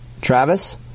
Travis